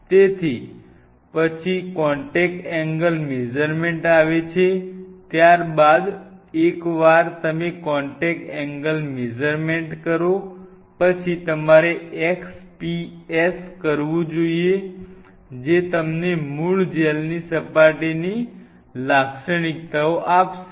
તેથી પછી contact angle measurement આવે છે ત્યારબાદ એકવાર તમે કોન્ટેક્ટ એંગલ મેઝર્મેન્ટ કરો પછી તમારે XPS કરવું જોઈએ જે તમને મૂળ જેલની સપાટીની લાક્ષણિકતાઓ આપશે